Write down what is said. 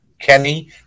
Kenny